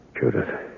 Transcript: Judith